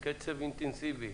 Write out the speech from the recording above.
קצב אינטנסיבי.